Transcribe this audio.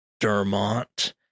Dermont